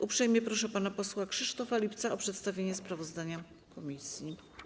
Uprzejmie proszę pana posła Krzysztofa Lipca o przedstawienie sprawozdania komisji.